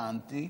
טענתי,